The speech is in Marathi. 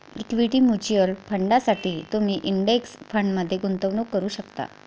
इक्विटी म्युच्युअल फंडांसाठी तुम्ही इंडेक्स फंडमध्ये गुंतवणूक करू शकता